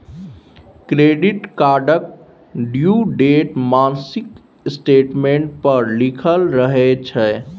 credit कार्डक due date मासिक statement पर लिखल रहय छै